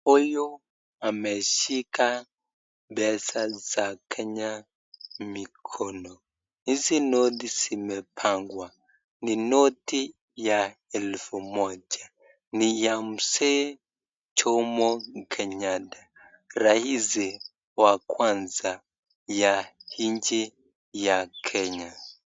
Huyu ameshika pesa za Kenya mikono. Hizi noti zimepangua ni noti ya elfu moja , ni ya Mzee Jomo Kenyatta, raisi wa kwanza wa nchi ya Kenya.